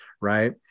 Right